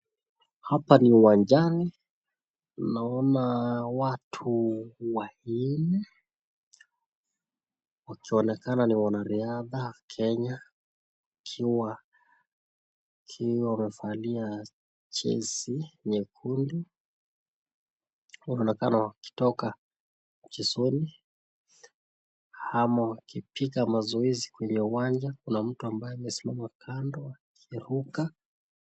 Hapa ni uwanjani. Naona watu wanne. Wakionekana ni wanariadha Kenya wakiwa wamevalia jezi nyekundu. Wanaonekana wakitoka mchezoni ama wakipiga mazoezi kwenye uwanja. Kuna mtu ambaye amesimama kando akiruka